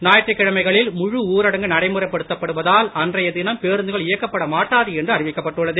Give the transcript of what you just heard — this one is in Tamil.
ஞாயிற்று கிழமைகளில் முழு ஊரடங்கு நடைமுறைப் படுத்தப்படுவதால் அன்றைய தினம் பேருந்துகள் இயக்கப்பட மாட்டாது என்று அறிவிக்கப்பட்டுள்ளது